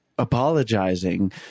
apologizing